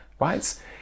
right